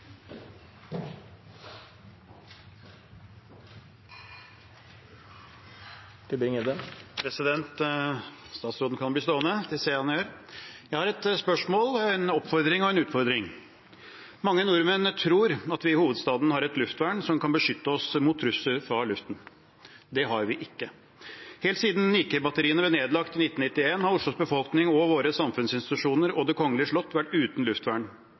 Statsråden kan bli stående – det ser jeg han gjør. Jeg har et spørsmål, en oppfordring og en utfordring. Mange nordmenn tror at vi i hovedstaden har et luftvern som kan beskytte oss mot trusler fra luften. Det har vi ikke. Helt siden NIKE-batteriene ble nedlagt i 1991, har Oslos befolkning, våre samfunnsinstitusjoner og Det kongelige slott vært uten luftvern.